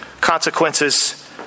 consequences